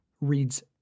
reads